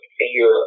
fear